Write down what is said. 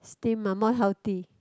steam mah more healthy